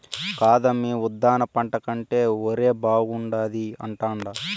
కాదమ్మీ ఉద్దాన పంట కంటే ఒరే బాగుండాది అంటాండా